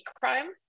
crime